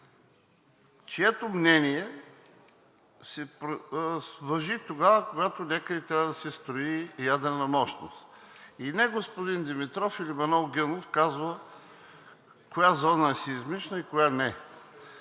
чието мнение важи тогава, когато някъде трябва да се строи ядрена мощност. И не господин Димитров или Манол Генов казва коя зона е сеизмична и коя не.